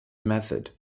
method